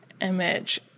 image